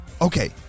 Okay